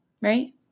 Right